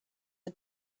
are